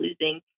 losing